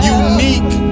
unique